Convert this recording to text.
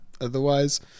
Otherwise